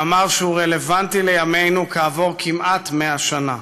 מאמר שהוא רלוונטי לימינו כעבור כמעט 100 שנה.